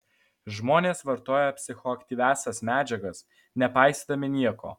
žmonės vartoja psichoaktyviąsias medžiagas nepaisydami nieko